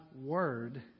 Word